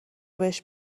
بهش